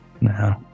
No